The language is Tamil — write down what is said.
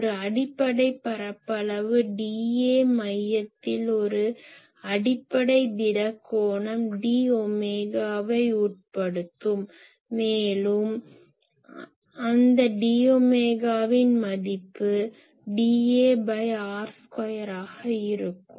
ஒரு அடிப்படை பரப்பளவு dA மையத்தில் ஒரு அடிப்படை திட கோணம் d ஒமேகாவை உட்படுத்தும் மேலும் அந்த dஒமேகாவின் மதிப்பு dAr2 ஆக இருக்கும்